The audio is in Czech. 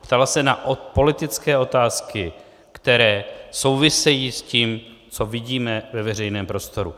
Ptala se na politické otázky, které souvisejí s tím, co vidíme ve veřejném prostoru.